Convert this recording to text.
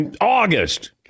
August